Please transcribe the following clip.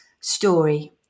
story